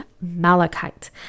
malachite